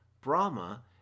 Brahma